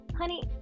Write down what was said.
Honey